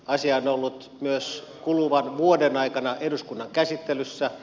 asia on ollut myös kuluvan vuoden aikana eduskunnan käsittelyssä